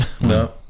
no